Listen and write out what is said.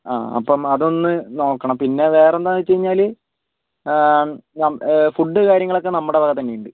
ആ അപ്പം അതൊന്ന് നോക്കണം പിന്നെ വേറെന്താന്ന് വെച്ച് കഴിഞ്ഞാൽ ഏ ഫുഡ്ഡ് കാര്യങ്ങളൊക്കെ നമ്മുടെ ഇവിടെ തന്നെയുണ്ട്